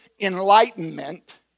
enlightenment